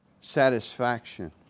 satisfaction